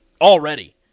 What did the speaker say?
already